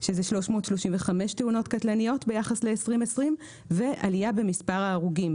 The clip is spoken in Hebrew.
שזה 335 תאונות קטלניות ביחס לשנת 2020. ועלייה במספר ההורגים,